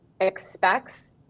expects